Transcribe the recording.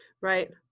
right